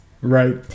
Right